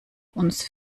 uns